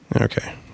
Okay